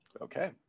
Okay